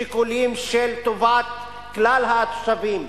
שיקולים של טובת כלל התושבים,